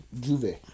Juve